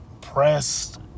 pressed